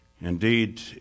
Indeed